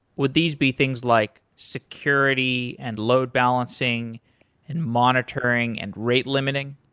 would these be things like security, and load-balancing, and monitoring, and rate limiting?